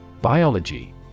Biology